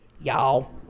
Y'all